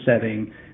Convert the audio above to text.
setting